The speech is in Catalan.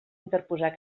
interposar